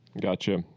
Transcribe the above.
Gotcha